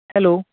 hello